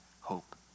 hope